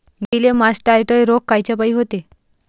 गाईले मासटायटय रोग कायच्यापाई होते?